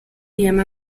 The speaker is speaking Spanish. llama